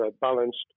balanced